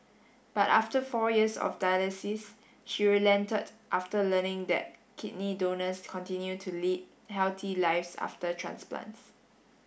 but after four years of dialysis she relented after learning that kidney donors continue to lead healthy lives after transplants